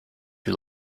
you